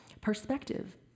perspective